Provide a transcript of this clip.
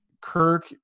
Kirk